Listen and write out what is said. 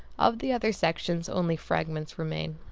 of the other sections only fragments remain.